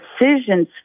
decisions